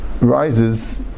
rises